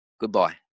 Goodbye